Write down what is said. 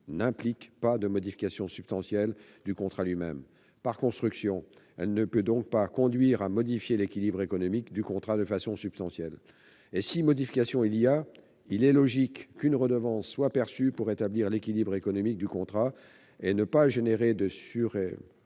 n'implique pas de modification substantielle du contrat lui-même. Par construction, elle ne peut donc pas conduire à modifier l'équilibre économique du contrat de manière substantielle. Si modification de l'équilibre économique il y a, il est logique qu'une redevance soit perçue pour rétablir l'équilibre économique du contrat et ne pas occasionner de surrémunération